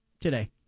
today